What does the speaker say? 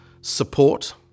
support